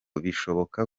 bishoboka